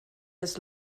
das